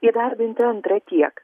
įdarbinti antra tiek